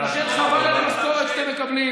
רגע, אנחנו רוצים לשמוע אותו, תן לו להמשיך.